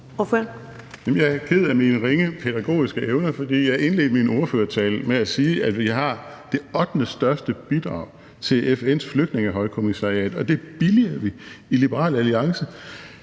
jeg er ked af mine ringe pædagogiske evner, for jeg indledte min ordførertale med at sige, at vi har det ottendestørste bidrag til FN's Flygtningehøjkommissariat, og det billiger vi i Liberal Alliance.